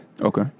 okay